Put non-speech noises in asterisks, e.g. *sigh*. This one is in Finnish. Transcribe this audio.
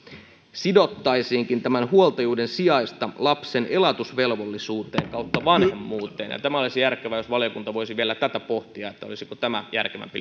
sidottaisiinkin huoltajuuden sijasta lapsen elatusvelvollisuuteen tai vanhemmuuteen se olisi järkevää valiokunta voisi vielä tätä pohtia olisiko tämä järkevämpi *unintelligible*